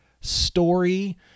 story